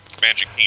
Magic